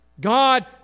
God